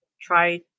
try